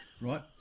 right